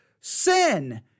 sin